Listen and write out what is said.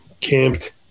camped